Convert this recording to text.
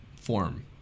form